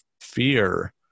fear